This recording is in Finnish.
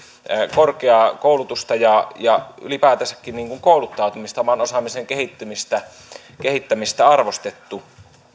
korkeaa koulutusta ja ja ylipäätänsäkin kouluttautumista oman osaamisen kehittämistä arvostettu